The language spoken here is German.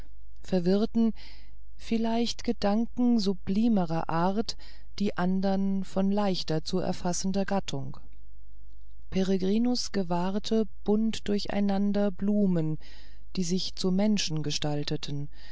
verwirrten vielleicht gedanken sublimerer art die andern von leichter zu erfassender gattung peregrinus gewahrte bunt durcheinander blumen die sich zu menschen gestalteten